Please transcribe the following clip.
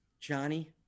Johnny